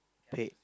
paid